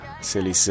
Silly